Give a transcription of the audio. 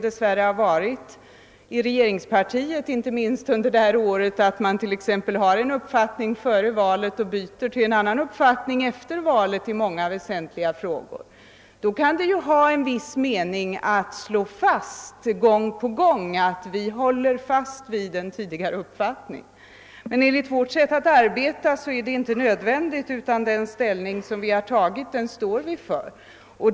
Dess värre har regeringspartiet i år i väsentliga frågor uttryckt en uppfattning före valet och sedan bytt uppfattning, och därför kan det ha en viss mening att gång på gång påpeka att man håller fast vid sin tidigare uppfattning, men enligt vårt sätt att arbeta är detta inte nödvändigt, utan den ställning vi har intagit står vi fast vid.